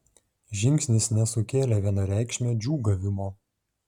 žingsnis nesukėlė vienareikšmio džiūgavimo